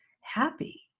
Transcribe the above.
happy